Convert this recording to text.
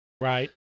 Right